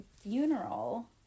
funeral